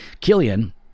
Killian